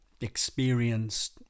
experienced